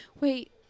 Wait